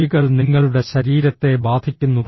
ചെവികൾ നിങ്ങളുടെ ശരീരത്തെ ബാധിക്കുന്നു